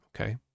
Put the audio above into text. okay